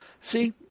See